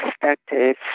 perspective